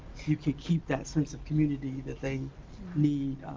you could keep that sense of community that they need.